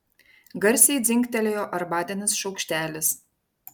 garsiai dzingtelėjo arbatinis šaukštelis